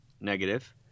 negative